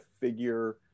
figure